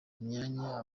myanya